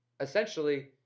Essentially